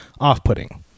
off-putting